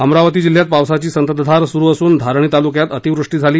अमरावती जिल्ह्यात पावसाची संततधार सुरू असुन धारणी तालुक्यात अतिवृष्टी झाली